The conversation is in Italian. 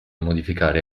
modificare